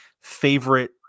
favorite